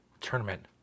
tournament